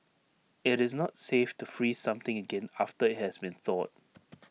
IT is not safe to freeze something again after IT has been thawed